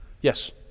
Yes